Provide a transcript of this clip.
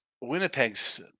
Winnipeg's